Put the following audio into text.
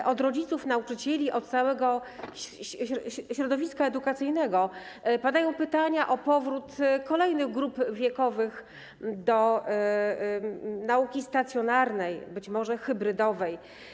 Ze strony rodziców, nauczycieli i całego środowiska edukacyjnego padają pytania o powrót kolejnych grup wiekowych do nauki stacjonarnej, być może hybrydowej.